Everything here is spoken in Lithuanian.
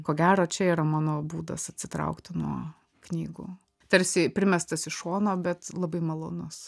ko gero čia yra mano būdas atsitraukti nuo knygų tarsi primestas iš šono bet labai malonus